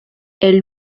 est